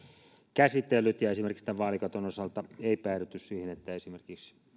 käsitellyt ja esimerkiksi tämän vaalikaton osalta ei päädytty siihen että esimerkiksi